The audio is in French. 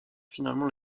finalement